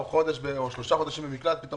או חודש,